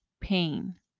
pain